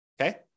Okay